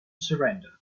surrender